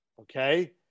okay